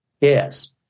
Yes